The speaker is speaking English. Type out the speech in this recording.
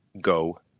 go